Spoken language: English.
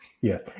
Yes